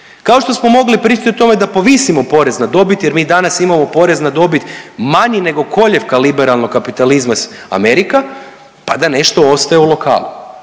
Kao što smo mogli pričati o tome da povisimo porez na dobit jer mi danas imamo porez na dobit manji nego koljevka liberalnog kapitalizma, Amerika, pa da nešto ostaje u lokalu,